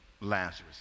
Lazarus